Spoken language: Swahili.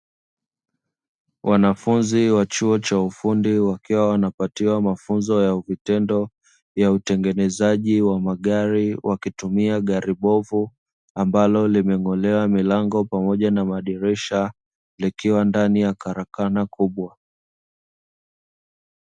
Wanafunzi wa chuo cha ufundi wakiwa wanapatiwa mafunzo ya uvitendo ya utengenezaji wa magari wakitumia gari bovu, ambalo limeng'olewa milango pamoja na madirisha; likiwa ndani ya karakana kubwa.